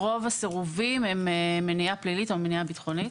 רוב הסירובים הם מניעה פלילית או מניעה ביטחונית,